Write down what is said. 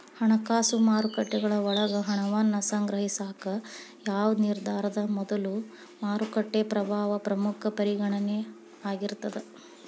ಹಣಕಾಸು ಮಾರುಕಟ್ಟೆಗಳ ಒಳಗ ಹಣವನ್ನ ಸಂಗ್ರಹಿಸಾಕ ಯಾವ್ದ್ ನಿರ್ಧಾರದ ಮೊದಲು ಮಾರುಕಟ್ಟೆ ಪ್ರಭಾವ ಪ್ರಮುಖ ಪರಿಗಣನೆ ಆಗಿರ್ತದ